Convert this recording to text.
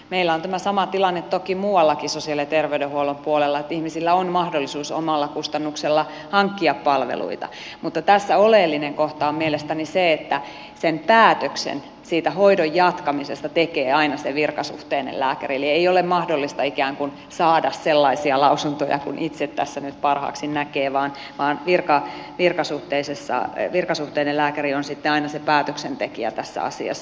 meillä on tämä sama tilanne toki muuallakin sosiaali ja terveydenhuollon puolella että ihmisillä on mahdollisuus omalla kustannuksella hankkia palveluita mutta tässä oleellinen kohta on mielestäni se että sen päätöksen siitä hoidon jatkamisesta tekee aina se virkasuhteinen lääkäri eli ei ole mahdollista ikään kuin saada sellaisia lausuntoja kuin itse tässä nyt parhaaksi näkee vaan virkasuhteinen lääkäri on sitten aina se päätöksentekijä tässä asiassa